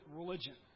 religion